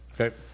Okay